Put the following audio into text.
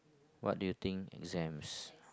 what do you think exams